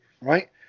right